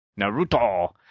Naruto